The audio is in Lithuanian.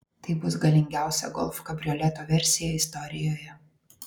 tai bus galingiausia golf kabrioleto versija istorijoje